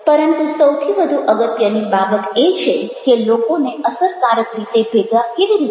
પરંતુ સૌથી વધુ અગત્યની બાબત એ છે કે લોકોને અસરકારક રીતે ભેગા કેવી રીતે કરવા